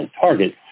target